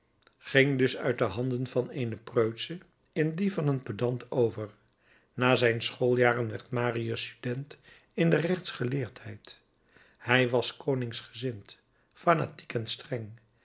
ging dus uit de handen van eene preutsche in die van een pedant over na zijn schooljaren werd marius student in de rechtsgeleerdheid hij was koningsgezind fanatiek en streng